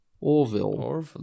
Orville